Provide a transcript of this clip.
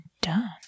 done